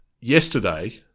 yesterday